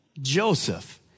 Joseph